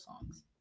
songs